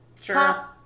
sure